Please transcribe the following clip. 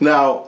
Now